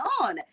on